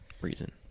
reason